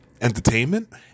entertainment